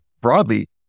broadly